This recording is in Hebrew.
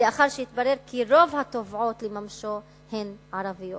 לאחר שהתברר כי רוב התובעות לממשו הן ערביות.